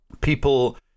people